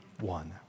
one